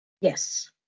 Yes